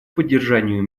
поддержанию